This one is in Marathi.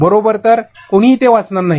बरोबर तर कोणीही ते वाचणार नाही